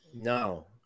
no